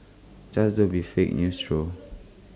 just don't be fake news through